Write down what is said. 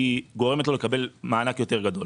גורמת לו לקבל מענק גדול יותר.